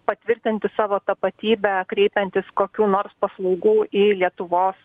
patvirtinti savo tapatybę kreipiantis kokių nors paslaugų į lietuvos